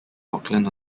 rockland